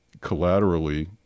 collaterally